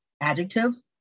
adjectives